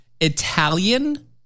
Italian